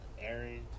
Aaron